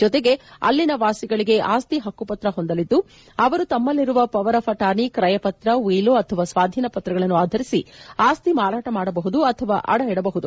ಜೊತೆಗೆ ಅಲ್ಲಿನ ವಾಸಿಗಳಿಗೆ ಆಸ್ತಿ ಹಕ್ಕುಪತ್ರ ಹೊಂದಲಿದ್ದು ಅವರು ತಮ್ಮಲ್ಲಿರುವ ಪವರ್ ಆಫ್ ಅಣಾರ್ನಿ ಕ್ರಯ ಪತ್ರ ಉಯಿಲು ಅಥವಾ ಸ್ವಾಧೀನ ಪತ್ರಗಳನ್ನು ಆಧರಿಸಿ ಆಸ್ತಿ ಮಾರಾಟ ಮಾಡಬಹುದು ಅಥವಾ ಅಡ ಇಡಬಹುದು